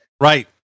Right